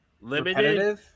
limited